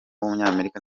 w’umunyamerika